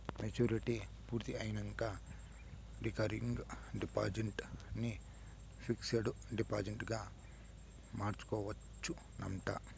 maturity పూర్తయినంక recurring deposit ని fixed డిపాజిట్గ మార్చుకోవచ్చునంట